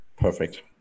Perfect